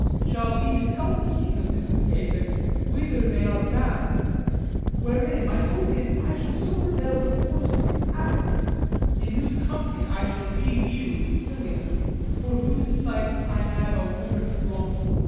shall be to tell the king of this escape, and whither they are bound wherein, my hope is, i shall so prevail to force him after in whose company i shall re-view sicilia for whose sight i have a woman's longing.